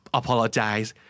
apologize